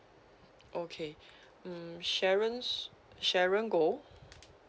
okay hmm sharon's sharon goh